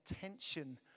tension